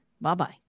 Bye-bye